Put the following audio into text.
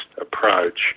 approach